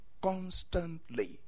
constantly